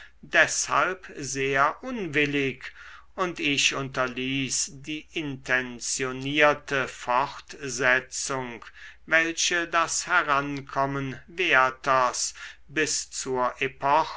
deshalb sehr unwillig und ich unterließ die intentionierte fortsetzung welche das herankommen werthers bis zur